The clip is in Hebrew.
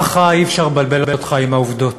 ככה אי-אפשר לבלבל אותך עם העובדות,